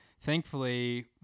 Thankfully